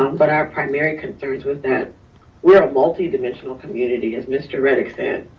but our primary concerns was that we're a multidimensional community as mr. redick said.